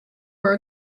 were